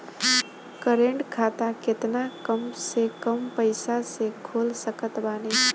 Current खाता केतना कम से कम पईसा से खोल सकत बानी?